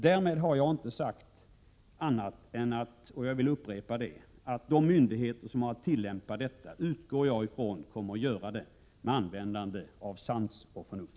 Därmed har jag inte sagt annat än att jag utgår ifrån att de myndigheter som har att tillämpa denna lag kommer att göra det med användande av sans och förnuft.